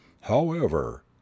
However